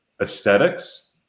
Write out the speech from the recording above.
aesthetics